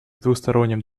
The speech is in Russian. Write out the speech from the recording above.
двусторонним